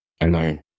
alone